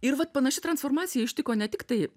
ir vat panaši transformacija ištiko ne tiktai